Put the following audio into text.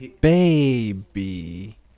baby